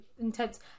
intense